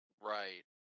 right